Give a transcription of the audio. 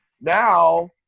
now